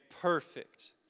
perfect